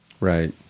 Right